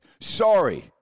Sorry